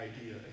idea